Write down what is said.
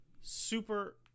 super